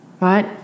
right